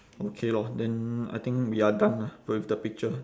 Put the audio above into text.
okay lor then I think we are done lah with the picture